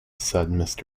said